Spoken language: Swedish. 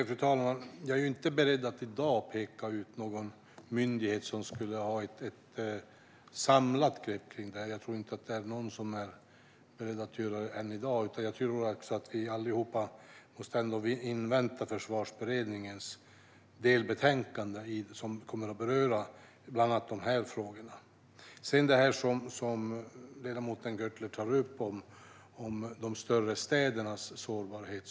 Fru talman! Jag är inte beredd att i dag peka ut någon myndighet som skulle ha ett samlat grepp om detta. Jag tror inte att någon är beredd att göra så i dag, utan jag tror att vi alla måste invänta Försvarsberedningens delbetänkande som kommer att beröra bland annat dessa frågor. Ledamoten Gjörtler tar upp frågan om de större städernas sårbarhet.